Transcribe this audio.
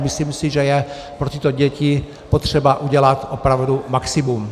Myslím si, že je pro tyto děti potřeba udělat opravdu maximum.